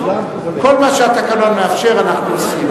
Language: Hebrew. כל מה שהתקנון מאפשר אנחנו עושים,